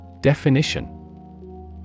Definition